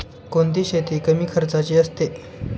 कोणती शेती कमी खर्चाची असते?